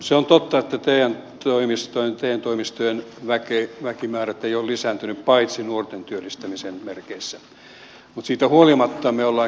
se on totta että te toimistojen väkimäärät eivät ole lisääntyneet paitsi nuorten työllistämisen merkeissä mutta siitä huolimatta me olemme kehittäneet tätä järjestelmää